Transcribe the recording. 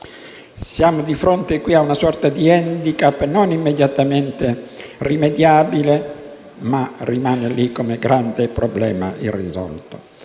Siamo di fronte qui a una sorta di *handicap*, non immediatamente rimediabile, ma che resta lì come grande problema irrisolto.